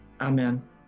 Amen